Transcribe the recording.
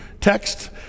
text